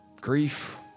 Grief